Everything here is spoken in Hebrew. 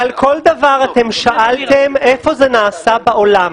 על כל דבר אתם שאלתם, איפה נעשה בעולם.